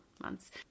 months